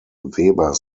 weber